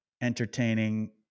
entertaining